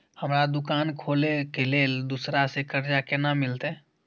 हमरा दुकान खोले के लेल दूसरा से कर्जा केना मिलते?